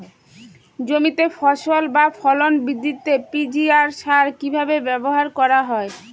জমিতে ফসল বা ফলন বৃদ্ধিতে পি.জি.আর সার কীভাবে ব্যবহার করা হয়?